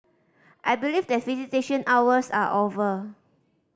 I believe that visitation hours are over